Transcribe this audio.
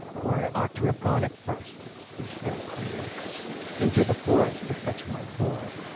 where i ought to have gone at first, he said humbly into the forest to fetch my boy.